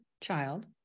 child